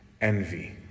envy